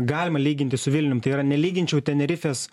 galima lyginti su vilnium tėra nelyginčiau tenerifės